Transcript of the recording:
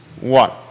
one